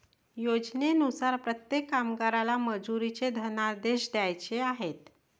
योजनेनुसार प्रत्येक कामगाराला मजुरीचे धनादेश द्यायचे आहेत